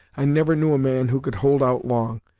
i never knew a man who could hold out long,